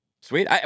Sweet